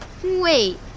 Wait